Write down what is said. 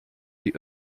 die